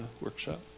workshop